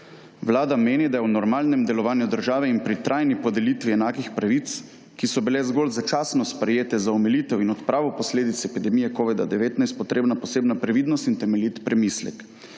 Vlada meni, da je v normalnem delovanju države in pri trajni podelitvi enakih pravic, ki so bile zgolj začasno sprejete za omilitev in odpravo posledic epidemije Covida 19, potrebno posebna previdnost in temeljit premislek.